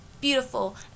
beautiful